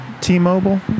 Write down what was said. T-Mobile